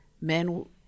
men